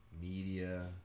media